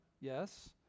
yes